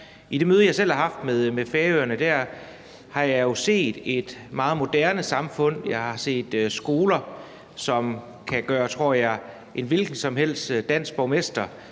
I det møde, jeg selv har haft med Færøerne, har jeg jo dér set et meget moderne samfund. Jeg har set skoler, som kan gøre en hvilken som helst dansk borgmester